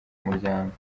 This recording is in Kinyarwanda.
umuryango